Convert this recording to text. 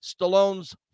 Stallone's